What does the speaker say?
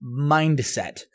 mindset